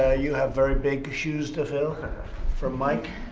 ah you have very big shoes to fill from mike.